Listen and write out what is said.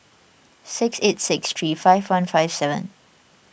six eight six three five one five seven